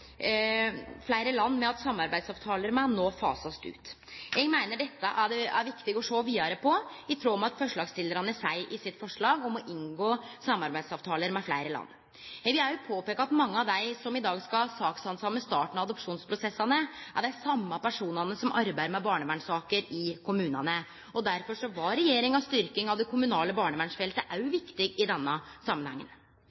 fleire land me har hatt samarbeidsavtale med, no blir fasa ut. Eg meiner dette er viktig å sjå vidare på, i tråd med kva forslagsstillarane seier i sitt forslag om å inngå samarbeidsavtaler med fleire land. Eg vil òg påpeike at mange av dei som i dag skal sakshandsame starten av adopsjonsprosessane, er dei same personane som arbeider med barnevernssaker i kommunane, og derfor var regjeringa si styrking av det kommunale barnevernsfeltet